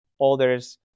others